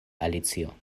alicio